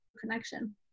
connection